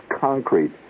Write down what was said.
concrete